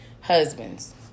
husbands